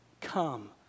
come